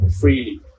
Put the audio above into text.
freely